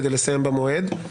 כדי לסיים במועד.